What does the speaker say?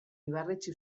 ibarretxe